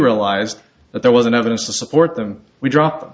realized that there wasn't evidence to support them we drop